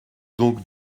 donc